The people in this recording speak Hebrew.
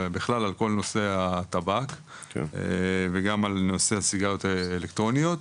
בכלל על כל נושא הטבק וגם על נושא הסיגריות האלקטרוניות